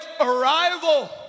arrival